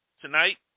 tonight